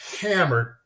hammered